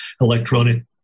electronic